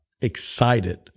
excited